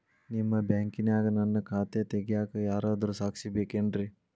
ನಿಮ್ಮ ಬ್ಯಾಂಕಿನ್ಯಾಗ ನನ್ನ ಖಾತೆ ತೆಗೆಯಾಕ್ ಯಾರಾದ್ರೂ ಸಾಕ್ಷಿ ಬೇಕೇನ್ರಿ?